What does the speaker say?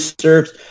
serves